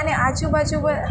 અને આજુબાજુ